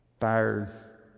fire